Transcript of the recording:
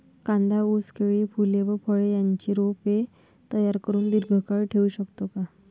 कांदा, ऊस, केळी, फूले व फळे यांची रोपे तयार करुन दिर्घकाळ ठेवू शकतो का?